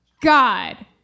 God